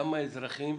כמה אזרחים,